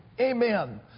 Amen